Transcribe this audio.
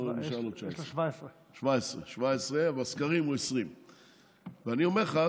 יש לו 17. 17. ובסקרים הוא 20. ואני אומר לך